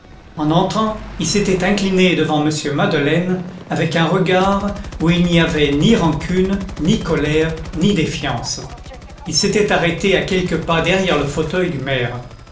en entrant il s'était incliné devant m madeleine avec un regard où il n'y avait ni rancune ni colère ni défiance il s'était arrêté à quelques pas derrière le fauteuil du maire